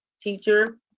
teacher